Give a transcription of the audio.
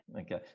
Okay